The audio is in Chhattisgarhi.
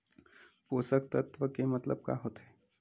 पोषक तत्व के मतलब का होथे?